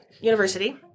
University